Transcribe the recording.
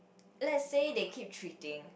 let say they keep treating